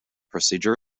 procedure